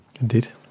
Indeed